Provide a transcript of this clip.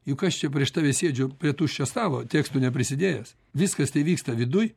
juk aš čia prieš tave sėdžiu prie tuščio stalo tekstų neprisidėjęs viskas tai vyksta viduj